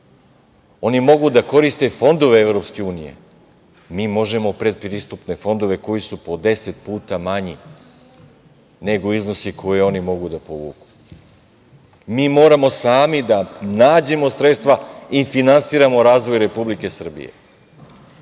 Oni mogu da koriste fondove EU, mi možemo predpristupne fondove koji su po deset puta manji nego iznosi koje oni mogu da povuku. Mi moramo sami da nađemo sredstva i finansiramo razvoj Republike Srbije,